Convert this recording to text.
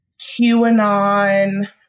QAnon